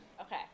Okay